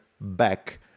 back